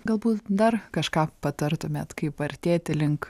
galbūt dar kažką patartumėt kaip artėti link